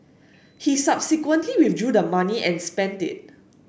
he subsequently withdrew the money and spent it